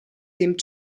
dem